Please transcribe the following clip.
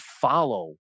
follow